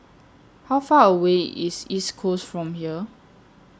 How Far away IS East Coast from here